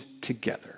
together